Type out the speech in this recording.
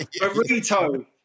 Burrito